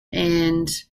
and